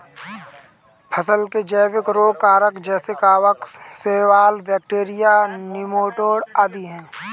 फसल के जैविक रोग कारक जैसे कवक, शैवाल, बैक्टीरिया, नीमाटोड आदि है